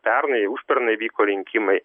pernai užpernai vyko rinkimai